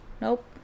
Nope